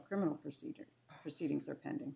criminal procedure proceedings are pending